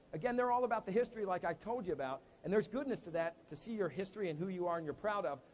again, they're all about the history, like i told you about, and there's goodness to that, to see your history and who you are and you're proud of,